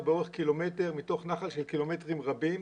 באורך קילומטר מתוך נחל של קילומטרים רבים.